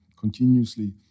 continuously